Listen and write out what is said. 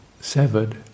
severed